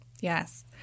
Yes